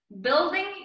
building